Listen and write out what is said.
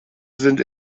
sind